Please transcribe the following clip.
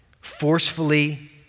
forcefully